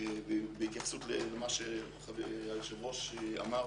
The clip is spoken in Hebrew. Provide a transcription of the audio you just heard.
בהתייחסות למה שהיושב ראש האמר: